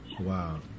Wow